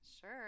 Sure